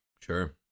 sure